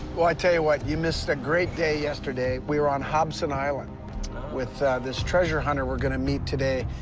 well, i tell you what. you missed a great day yesterday. we were on hobson island with this treasure hunter we're gonna meet today.